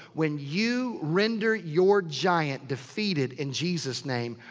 when you render your giant defeated in jesus name.